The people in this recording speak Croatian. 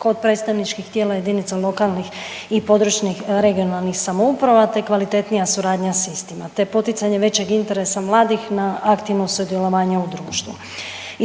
Kod predstavničkih tijela jedinica lokalnih i područnih (regionalnih) samouprava te kvalitetnija suradnja s istima te poticanje većeg interesa mladih na aktivno sudjelovanje u društvu.